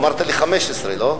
אמרת לי 15, לא?